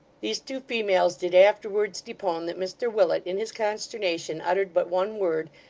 these two females did afterwards depone that mr willet in his consternation uttered but one word,